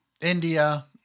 india